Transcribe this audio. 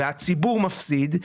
הציבור מפסיד מזה,